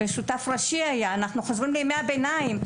אנחנו חוזרים לימי הביניים.